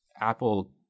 Apple